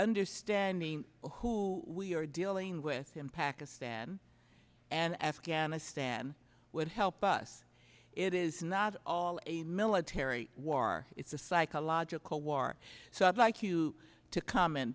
understanding who we are dealing with in pakistan and afghanistan would help us it is not all a military war it's a psychological war so i'd like you to comment